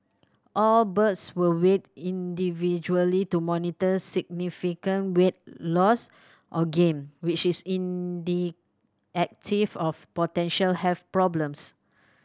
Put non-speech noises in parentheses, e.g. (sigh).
all birds were weighed individually to monitor significant weight loss or gain which is (unintelligible) of potential health problems